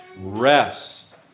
rest